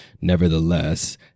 Nevertheless